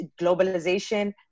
globalization